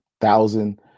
thousand